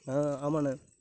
ஆ ஆமாண்ணே